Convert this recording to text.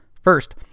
First